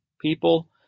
people